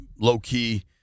low-key